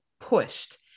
pushed